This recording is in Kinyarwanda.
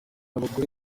abagore